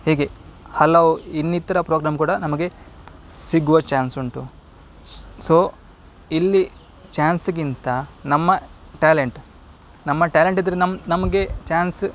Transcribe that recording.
ಹೀಗೆ ಹಲವು ಇನ್ನಿತರ ಪ್ರೋಗ್ರಾಮ್ ಕೂಡ ನಮಗೆ ಸಿಗುವ ಚಾನ್ಸ್ ಉಂಟು ಸ್ ಸೊ ಇಲ್ಲಿ ಚಾನ್ಸ್ಗಿಂತ ನಮ್ಮ ಟ್ಯಾಲೆಂಟ್ ನಮ್ಮ ಟ್ಯಾಲೆಂಟ್ ಇದ್ದರೆ ನಮ್ಮ ನಮಗೆ ಚಾನ್ಸ್